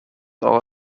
are